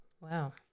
Wow